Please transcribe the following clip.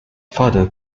father